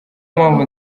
mpamvu